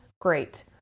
great